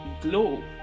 glow